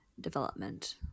development